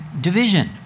division